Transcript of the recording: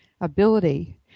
ability